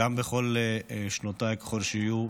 גם בכל שנותיי, ככל שיהיו,